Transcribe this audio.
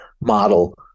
model